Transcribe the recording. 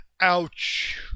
Ouch